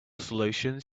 solutions